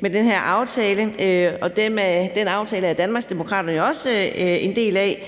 vi har indgået her, er Danmarksdemokraterne jo også en del af.